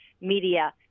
media